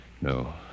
No